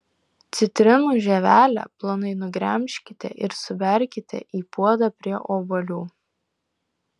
citrinų žievelę plonai nugremžkite ir suberkite į puodą prie obuolių